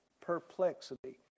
perplexity